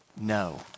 No